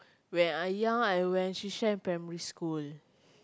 when I young I went primary school